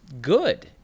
good